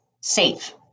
safe